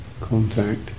contact